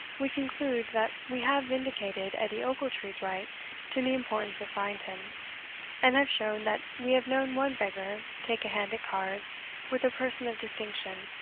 we conclude, that we have vindicated edie ochiltree's right to the importance assigned him and have shown, that we have known one beggar take a hand at cards with a person of distinction,